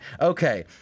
Okay